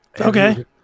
Okay